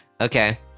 Okay